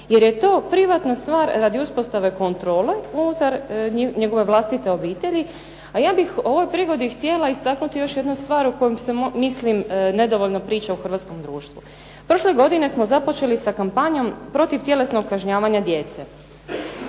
jer je to privatna stvar radi uspostave kontrole unutar njegove vlastite obitelji, a ja bih ovoj prigodi htjela istaknuti još jednu stvar o kojoj se mislim nedovoljno priča u Hrvatskom društvu. Prošle godine smo započeli sa kampanjom protiv tjelesnog kažnjavanja djece